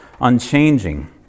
unchanging